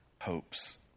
hopes